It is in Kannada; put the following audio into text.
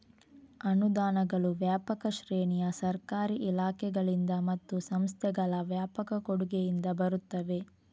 ಅನುದಾನಗಳು ವ್ಯಾಪಕ ಶ್ರೇಣಿಯ ಸರ್ಕಾರಿ ಇಲಾಖೆಗಳಿಂದ ಮತ್ತು ಸಂಸ್ಥೆಗಳ ವ್ಯಾಪಕ ಕೊಡುಗೆಯಿಂದ ಬರುತ್ತವೆ